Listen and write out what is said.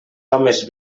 homes